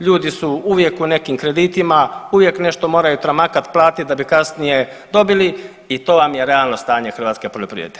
Ljudi su uvijek u nekim kreditima, uvijek moraju nešto tramakat, platiti, da bi kasnije dobili i to vam je realno stanje hrvatske poljoprivrede.